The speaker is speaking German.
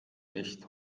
nicht